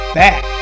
back